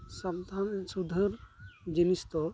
ᱥᱟᱵᱽᱫᱷᱟᱱ ᱟᱨ ᱥᱩᱫᱷᱟᱹᱨ ᱡᱤᱱᱤᱥ ᱫᱚ